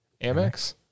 Amex